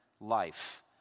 life